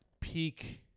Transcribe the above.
peak